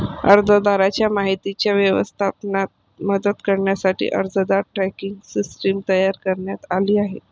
अर्जदाराच्या माहितीच्या व्यवस्थापनात मदत करण्यासाठी अर्जदार ट्रॅकिंग सिस्टीम तयार करण्यात आली आहे